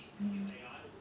mm